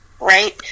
right